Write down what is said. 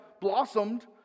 blossomed